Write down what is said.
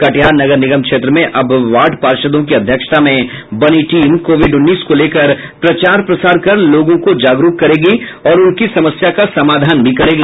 कटिहार नगर निगम क्षेत्र में अब वार्ड पार्षदों की अध्यक्षता में बनी टीम कोविड उन्नीस को लेकर प्रचार प्रसार कर लोगों को जागरूक करेगी और साथ ही उनकी समस्या का समाधान भी करेंगी